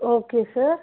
okay sir